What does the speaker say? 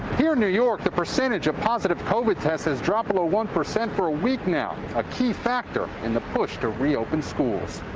here in new york, the percentage of positive covid tests has dropped below one percent for a week now, a key factor in the push to reopen schools.